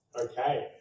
okay